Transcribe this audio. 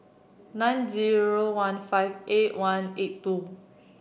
nine zero one five eight one eight two